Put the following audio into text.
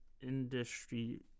industry